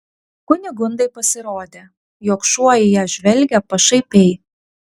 kunigundai pasirodė jog šuo į ją žvelgia pašaipiai